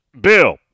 Bill